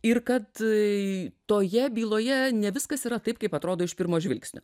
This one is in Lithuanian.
ir kad tai toje byloje ne viskas yra taip kaip atrodo iš pirmo žvilgsnio